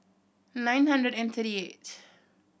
nine hundred and thirty eight